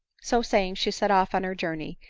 so saying she set off on her journey,